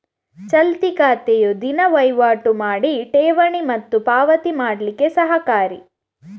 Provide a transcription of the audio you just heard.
ಚಾಲ್ತಿ ಖಾತೆಯು ದಿನಾ ವೈವಾಟು ಮಾಡಿ ಠೇವಣಿ ಮತ್ತೆ ಪಾವತಿ ಮಾಡ್ಲಿಕ್ಕೆ ಸಹಕಾರಿ